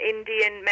Indian